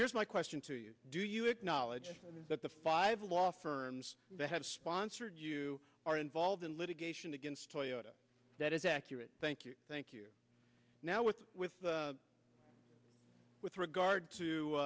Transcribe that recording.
here's my question to you do you acknowledge that the five law firms that have sponsored you are involved in litigation against toyota that is accurate thank you thank you now with with with regard to